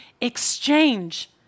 exchange